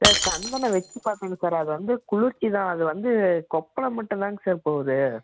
sir சந்தனம் வச்சு பார்த்தேங்க சார் அது வந்து குளிர்ச்சி தான் அது வந்து கொப்பளம் மட்டும் தாங்க சார் போகுது